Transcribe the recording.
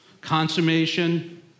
consummation